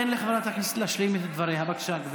תן לחברת הכנסת להשלים את דבריה.